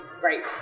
great